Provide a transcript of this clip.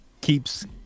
keeps